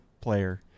player